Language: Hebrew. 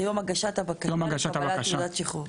זה: יום הגשת הבקשה לקבלת תעודת שחרור.